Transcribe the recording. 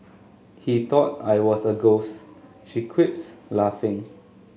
he thought I was a ghost she quips laughing